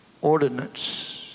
ordinance